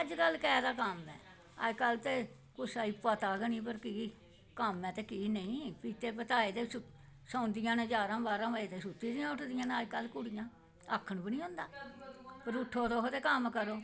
अजकल्ल कैह्दा कम्म ऐ अजकल्ल ते कुसै गी पता गै नेईं की कीऽ कम्म ऐ ते केह् नेईं फिर उस्सी बताये ते सौंदियां न ते अजकल्ल जारहां बारहां बजे तक ते सुत्ती दियां होंदियां कुड़ियां ते आक्खन बी निं होंदा उट्ठो ते तुस कम्म करो